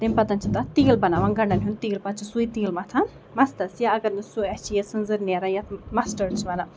تَمہِ پَتن چھِ تَتھ تیٖل بَناوان گَنڈَن ہُند تیٖل پَتہٕ چھِ سُے تیٖل مَتھان مستس یا اَگر نہٕ سُہ أسۍ چھِ یَژھان اَسہِ چھُ نیران یتھ مَسٹٲڑ چھِ وَنان